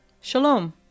Shalom